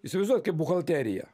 įsivaizduoki buhalteriją